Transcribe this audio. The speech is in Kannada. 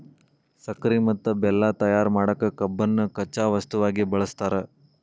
ಸಕ್ಕರಿ ಮತ್ತ ಬೆಲ್ಲ ತಯಾರ್ ಮಾಡಕ್ ಕಬ್ಬನ್ನ ಕಚ್ಚಾ ವಸ್ತುವಾಗಿ ಬಳಸ್ತಾರ